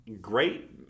Great